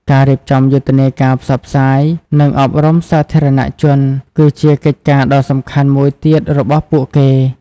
ការរៀបចំយុទ្ធនាការផ្សព្វផ្សាយ និងអប់រំសាធារណជនគឺជាកិច្ចការដ៏សំខាន់មួយទៀតរបស់ពួកគេ។